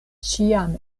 ĉiam